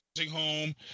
home